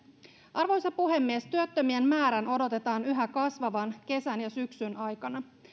arvoisa puhemies työttömien määrän odotetaan yhä kasvavan kesän ja syksyn aikana